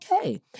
okay